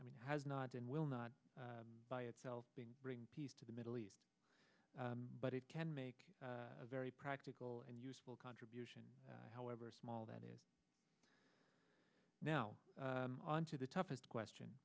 i mean has not and will not by itself being bring peace to the middle east but it can make a very practical and useful contribution however small that is now on to the toughest question